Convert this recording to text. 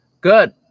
Good